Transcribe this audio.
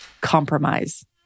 Compromise